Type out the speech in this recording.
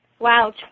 Wow